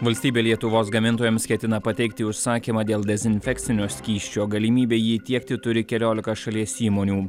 valstybė lietuvos gamintojams ketina pateikti užsakymą dėl dezinfekcinio skysčio galimybė jį tiekti turi keliolika šalies įmonių